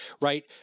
right